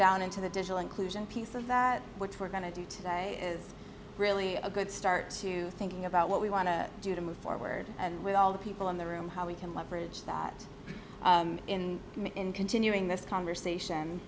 down into the digital inclusion piece of that which we're going to do today is really a good start to thinking about what we want to do to move forward and with all the people in the room how we can leverage that in continuing this conversation